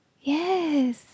Yes